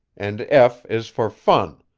and f is for fun.